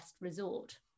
resort